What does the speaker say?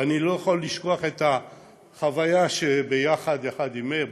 אבל אני לא יכול לשכוח את החוויה כשיחד עם מאיר,